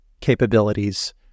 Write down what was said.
capabilities